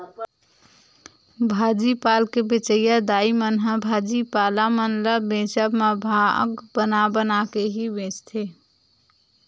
भाजी पाल के बेंचइया दाई मन ह भाजी पाला मन ल बेंचब म भाग बना बना के ही बेंचथे